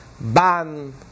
Ban